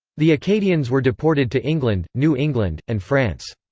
the acadians were deported to england, new england, and france.